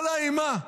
כל האימה,